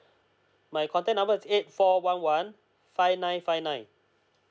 my contact number is eight four one one five nine five nine